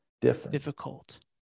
difficult